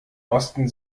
osten